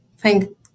Thank